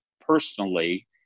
personally